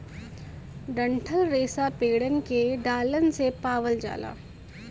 डंठल रेसा पेड़न के डालन से पावल जाला